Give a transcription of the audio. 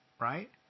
right